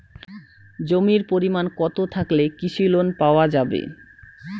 জমির পরিমাণ কতো থাকলে কৃষি লোন পাওয়া যাবে?